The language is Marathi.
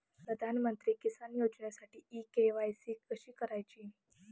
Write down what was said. प्रधानमंत्री किसान योजनेसाठी इ के.वाय.सी कशी करायची?